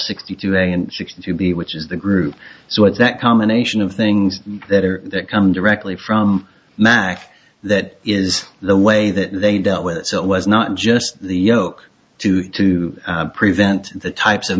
sixty two a and sixteen to b which is the group so it's that combination of things that are that come directly from mack that is the way that they dealt with so it was not just the yoke due to prevent the types of